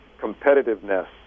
competitiveness